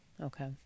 Okay